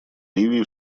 ливии